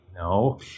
No